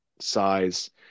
size